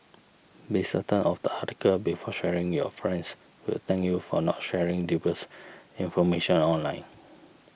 be certain of the article before sharing your friends will thank you for not sharing dubious information online